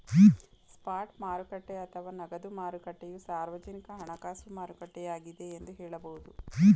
spot ಮಾರುಕಟ್ಟೆ ಅಥವಾ ನಗದು ಮಾರುಕಟ್ಟೆಯು ಸಾರ್ವಜನಿಕ ಹಣಕಾಸು ಮಾರುಕಟ್ಟೆಯಾಗಿದ್ದೆ ಎಂದು ಹೇಳಬಹುದು